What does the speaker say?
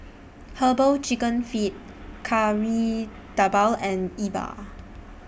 Herbal Chicken Feet Kari Debal and Yi Bua